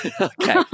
Okay